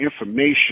information